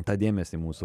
tą dėmesį mūsų